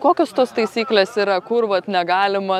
kokios tos taisyklės yra kur vat negalima